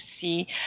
see